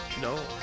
No